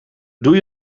doe